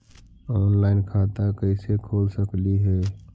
Online खाता कैसे खोल सकली हे कैसे?